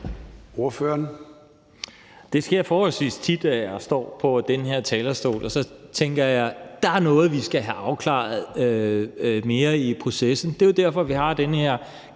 (V): Det sker forholdsvis tit, at jeg står på den her talerstol, og at jeg så tænker, at der er noget, vi skal have afklaret mere i processen. Det er jo derfor, vi har den her